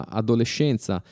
adolescenza